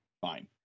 Fine